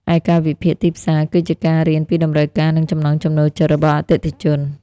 ឯការវិភាគទីផ្សារ គឺជាការរៀនពីតម្រូវការ និងចំណង់ចំណូលចិត្តរបស់អតិថិជន។